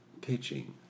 pitching